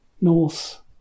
North